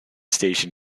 station